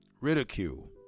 ridicule